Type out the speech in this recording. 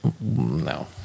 No